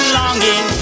longing